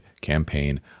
campaign